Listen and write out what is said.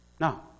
Now